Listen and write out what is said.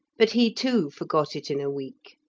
but he, too, forgot it in a week.